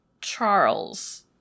Charles